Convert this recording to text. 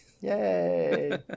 Yay